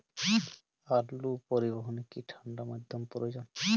আলু পরিবহনে কি ঠাণ্ডা মাধ্যম প্রয়োজন?